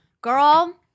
girl